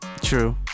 True